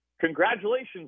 Congratulations